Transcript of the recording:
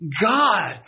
God